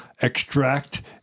extract